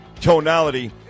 tonality